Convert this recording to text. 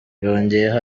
yongeyeho